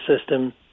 system